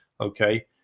okay